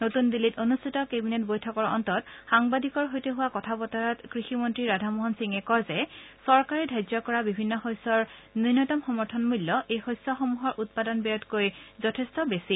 নতুন দিল্লীত অনুষ্ঠিত কেবিনেট বৈঠকৰ অন্তত সাংবাদিকৰ সৈতে হোৱা কথা বতৰাত কৃষি মন্ত্ৰী ৰাধামোহন সিঙে কয় যে চৰকাৰে ধাৰ্য কৰা বিভিন্ন শস্যৰ ন্যূনতম সমৰ্থন মূল্য এই শস্যসমূহৰ উৎপাদন ব্যয়তকৈ যথেষ্ট বেছি